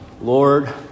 Lord